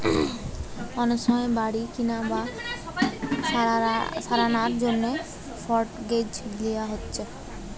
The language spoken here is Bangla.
অনেক সময় বাড়ি কিনা বা সারানার জন্যে মর্টগেজ লিয়া হচ্ছে